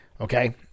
Okay